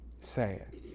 Sad